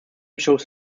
shows